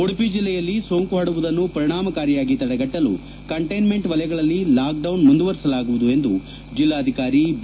ಉಡುಪಿ ಜಿಲ್ಲೆಯಲ್ಲಿ ಸೋಂಕು ಹರಡುವುದನ್ನು ಪರಿಣಾಮಕಾರಿಯಾಗಿ ತಡೆಗಟ್ಟಲು ಕಂಟೈನ್ಮೆಂಟ್ ವಲಯಗಳಲ್ಲಿ ಲಾಕ್ಡೌನ್ ಮುಂದುವರೆಸಲಾಗುವುದು ಎಂದು ಜೆಲ್ಲಾಧಿಕಾರಿ ಬಿ